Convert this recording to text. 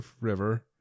River